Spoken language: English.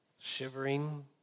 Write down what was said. shivering